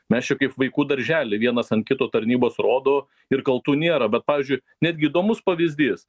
mes čia kaip vaikų daržely vienas ant kito tarnybos rodo ir kaltų nėra bet pavyzdžiui netgi įdomus pavyzdys